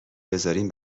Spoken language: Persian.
بذارین